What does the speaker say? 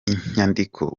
inyandiko